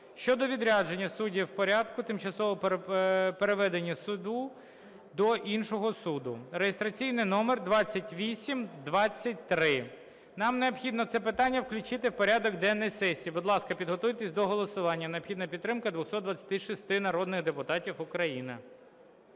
щодо відрядження суддів в порядку тимчасового переведення судді до іншого суду (реєстраційний номер 2823). Нам необхідно це питання включити в порядок денний сесії. Будь ласка, підготуйтесь до голосування, необхідна підтримка 226 народних депутатів України.